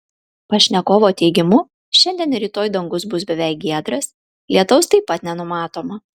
pašnekovo teigimu šiandien ir rytoj dangus bus beveik giedras lietaus taip pat nenumatoma